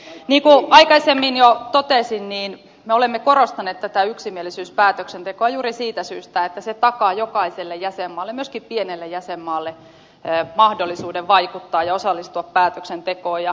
niin kuin aikaisemmin jo totesin me olemme korostaneet tätä yksimielisyyspäätöksentekoa juuri siitä syystä että se takaa jokaiselle jäsenmaalle myöskin pienelle jäsenmaalle mahdollisuuden vaikuttaa ja osallistua päätöksentekoon